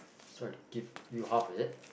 sorry give you half is it